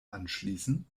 anschließen